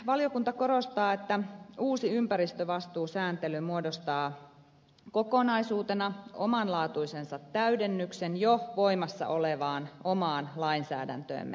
valiokunta korostaa että uusi ympäristövastuusääntely muodostaa kokonaisuutena omanlaatuisensa täydennyksen jo voimassa olevaan omaan lainsäädäntöömme nähden